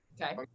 Okay